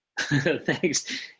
thanks